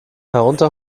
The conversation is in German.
herunter